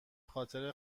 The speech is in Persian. خاطر